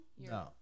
No